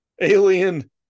Alien